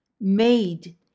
made